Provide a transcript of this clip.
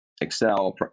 excel